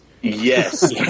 Yes